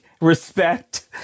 respect